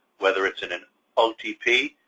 whether it's in an otp,